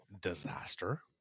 disaster